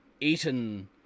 eaten